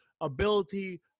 ability